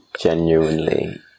genuinely